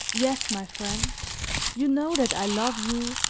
yes, my friend you know that i love you,